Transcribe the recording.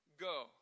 go